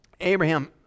Abraham